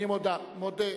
אני מודה.